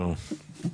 טוב.